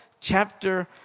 chapter